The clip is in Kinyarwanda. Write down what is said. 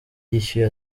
yishuye